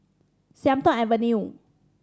Sian Tuan Avenue